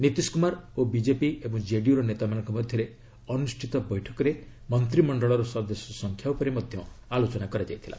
ନୀତିଶ କୁମାର ଓ ବିକେପି ଏବଂ ଜେଡିୟୁର ନେତାମାନଙ୍କ ମଧ୍ୟରେ ଅନ୍ଦୁଷ୍ଠିତ ବୈଠକରେ ମନ୍ତ୍ରିମଣ୍ଡଳର ସଦସ୍ୟ ସଂଖ୍ୟା ଉପରେ ମଧ୍ୟ ଆଲୋଚନା ହୋଇଛି